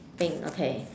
pink okay